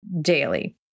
daily